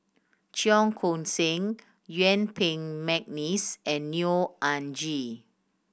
Cheong Koon Seng Yuen Peng McNeice and Neo Anngee